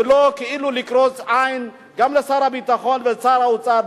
ולא כאילו לקרוץ עין גם לשר הביטחון ולשר האוצר.